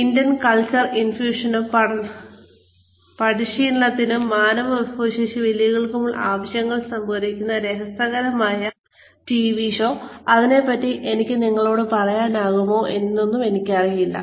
Inter cultural ഇൻഫ്യൂഷനുകളും പരിശീലനത്തിനും മാനവ വിഭവശേഷി വെല്ലുവിളികൾക്കുമുള്ള ആവശ്യങ്ങൾ സംഗ്രഹിക്കുന്ന രസകരമായ ടിവി ഷോ അതിനെപ്പറ്റി എനിക്ക് നിങ്ങളോട് പറയാനാകുമോ എന്നൊന്നും എനിക്കറിയില്ല